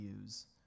use